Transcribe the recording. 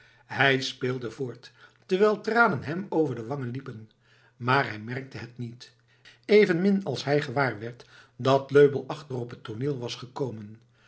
hij speelde voort terwijl tranen hem over de wangen liepen maar hij merkte het niet evenmin als hij gewaarwerd dat löbell achter op het tooneel was gekomen